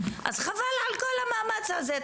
חבל על כל המאמץ הזה.